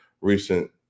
recent